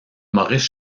maurice